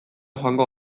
joango